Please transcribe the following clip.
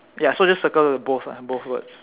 ya so just circle the both lah both words